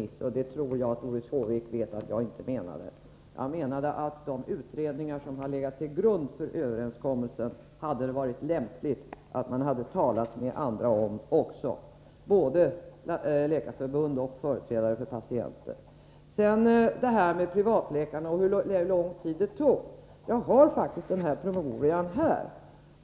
sista tror jagatt Doris Håvik vet att jag inte menade att överenskommelsen skulle gå ut på remiss. Jag menade att det hade varit lämpligt att man talat med andra om de utredningar som låg till grund för överenskommelsen. Det hade varit lämpligt att tala med både läkarförbund och företrädare för patienter. När det sedan gäller detta med privatläkare och hur lång tid utredningen tog så har jag faktiskt den promemorian här.